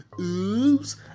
Oops